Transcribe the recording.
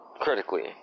critically